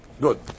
Good